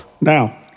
Now